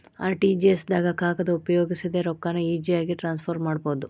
RTGS ದಾಗ ಕಾಗದ ಉಪಯೋಗಿಸದೆ ರೊಕ್ಕಾನ ಈಜಿಯಾಗಿ ಟ್ರಾನ್ಸ್ಫರ್ ಮಾಡಬೋದು